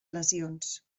lesions